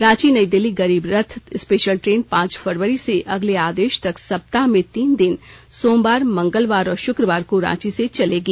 Ranchi Nayi Delhi Garib Rath special train पांच फरवरी से अगले आदेश तक सप्ताह में तीन दिन सोमवार मंगलवार और शुक्रवार को रांची से चलेगी